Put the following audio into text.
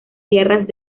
tierras